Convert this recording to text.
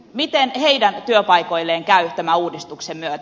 miten heidän työpaikoilleen käy tämän uudistuksen myötä